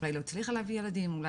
אולי היא לא הצליחה להביא ילדים, יכול